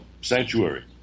Sanctuary